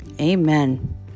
Amen